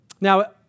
Now